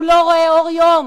הוא לא רואה אור יום